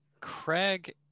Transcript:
Craig